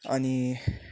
अनि